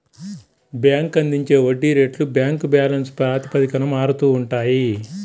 bank అందించే వడ్డీ రేట్లు బ్యాంక్ బ్యాలెన్స్ ప్రాతిపదికన మారుతూ ఉంటాయి